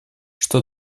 что